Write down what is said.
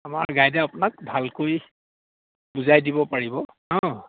আমাৰ গাইডে আপোনাক ভালকৈ বুজাই দিব পাৰিব অঁ